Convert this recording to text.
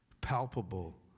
palpable